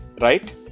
right